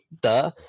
Duh